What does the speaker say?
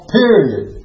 period